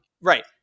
Right